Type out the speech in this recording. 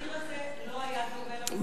התזכיר הזה לא היה דומה למסקנות הסופיות.